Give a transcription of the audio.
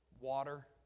water